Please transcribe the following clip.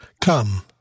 Come